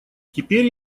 теперь